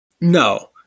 No